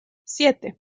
siete